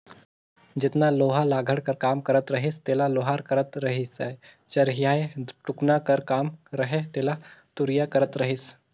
जेतना लोहा लाघड़ कर काम रहत रहिस तेला लोहार करत रहिसए चरहियाए टुकना कर काम रहें तेला तुरिया करत रहिस